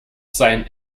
sein